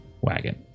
wagon